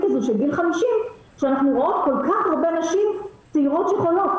הזאת של גיל 50 כשאנחנו רואות כל כך הרבה נשים צעירות שחולות,